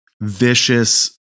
vicious